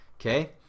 Okay